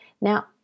Now